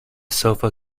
sofa